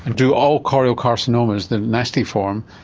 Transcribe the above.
do all choriocarcinomas, the nasty form,